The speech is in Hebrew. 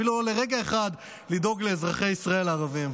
אפילו לא לרגע אחד לדאוג לאזרחי ישראל הערבים.